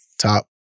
top